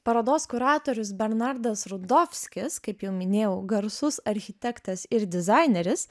parodos kuratorius bernardas rudovskis kaip jau minėjau garsus architektas ir dizaineris